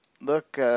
look –